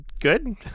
good